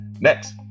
Next